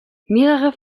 mehrere